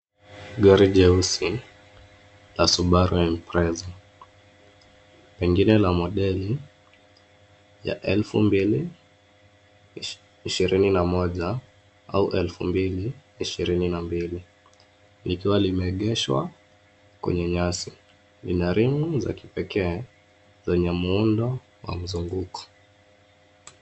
Gari jeusi la Subaru Impreza , pengine ya modeli ya elfu mbili ishirini na moja au elfu mbili ishirini na mbili kikiwa limeegeshwa kwenye nyasi. Lina rimu za kipekee zenye muundo wa mzunguko.